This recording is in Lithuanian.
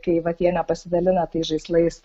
kai vat jie nepasidalina tais žaislais